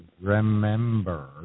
remember